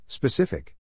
Specific